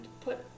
put